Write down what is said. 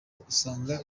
usanga